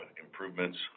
improvements